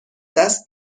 دست